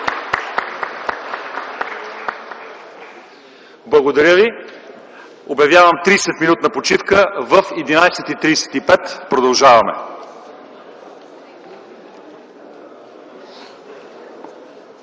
Благодаря ви. Обявявам 30-минутна почивка. Продължаваме